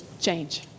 change